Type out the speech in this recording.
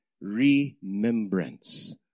remembrance